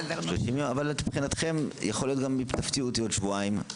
יכול להיות שתפתיעו אותי עוד שבועיים.